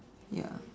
ya